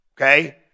Okay